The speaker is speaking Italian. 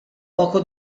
poco